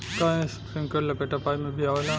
का इस्प्रिंकलर लपेटा पाइप में भी आवेला?